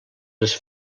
les